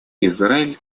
израиль